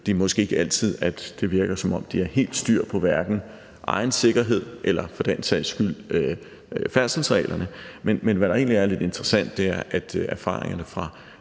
Det er måske ikke altid, det virker, som om de har styr på hverken egen sikkerhed eller for den sags skyld færdselsreglerne. Men hvad der egentlig er lidt interessant, er, at erfaringerne fra